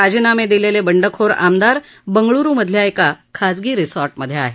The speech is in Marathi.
राजीनामे दिलेले बंडखोर आमदार बंगळूरु मधल्या एका खाजगी रिसॉर्टमध्ये आहेत